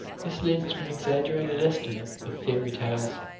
this leads to an exaggerated estimate of fairy tales,